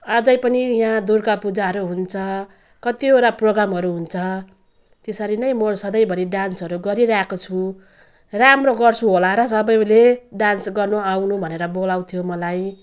अझ पनि यहाँ दुर्गा पूजाहरू हुन्छ कतिवटा प्रोग्रामहरू हुन्छ त्यसरी नै म सधैँभरि डान्सहरू गरिरहेको छु राम्रो गर्छु होला र सबले डान्स गर्नु आउनु भनेर बोलाउँथ्यो मलाई